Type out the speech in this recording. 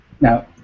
Now